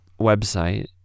website